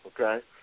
Okay